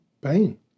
pain